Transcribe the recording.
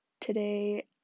today